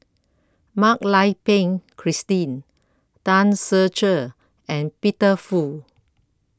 Mak Lai Peng Christine Tan Ser Cher and Peter Fu